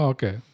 Okay